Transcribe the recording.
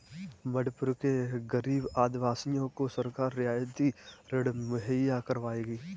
मणिपुर के गरीब आदिवासियों को सरकार रियायती ऋण मुहैया करवाएगी